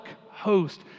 host